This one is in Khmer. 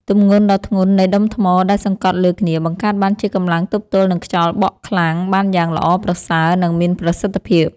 ទម្ងន់ដ៏ធ្ងន់នៃដុំថ្មដែលសង្កត់លើគ្នាបង្កើតបានជាកម្លាំងទប់ទល់នឹងខ្យល់បក់ខ្លាំងបានយ៉ាងល្អប្រសើរ និង មានប្រសិទ្ធភាព។